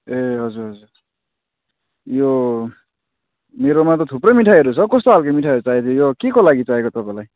ए हजुर हजुर यो मेरोमा त थुप्रै मिठाईहरू छ कस्तो खाल्के मिठाईहरू चाहियो यो केको लागि चाहिएको तपाईँलाई